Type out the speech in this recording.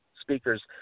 speakers